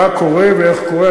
מה קורה ואיך קורה.